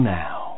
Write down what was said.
now